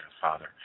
Father